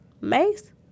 Mace